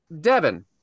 Devin